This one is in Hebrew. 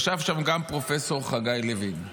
ישב שם גם פרופ' חגי לוין,